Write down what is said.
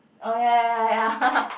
uh ya ya ya ya